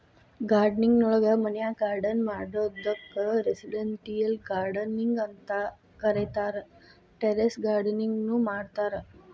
gardening ನೊಳಗ ಮನ್ಯಾಗ್ garden ಮಾಡೋದಕ್ಕ್ ರೆಸಿಡೆಂಟಿಯಲ್ ಗಾರ್ಡನಿಂಗ್ ಅಂತ ಕರೇತಾರ, ಟೆರೇಸ್ ಗಾರ್ಡನಿಂಗ್ ನು ಮಾಡ್ತಾರ